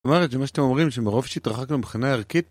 זאת אומרת, זה מה שאתם אומרים, שמרוב שהתרחקנו מבחינה ערכית